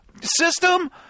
system